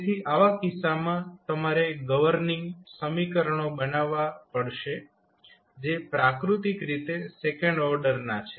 તેથી આવા કિસ્સામાં તમારે ગવર્નીંગ સમીકરણો બનાવવા પડશે જે પ્રાકૃતિક રીતે સેકન્ડ ઓર્ડરના છે